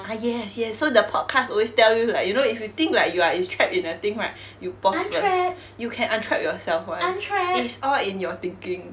ah yes yes so the podcast always tell you like you know if you think you are is trapped in a thing right you pause first you can un-trap yourself [one] it's all in your thinking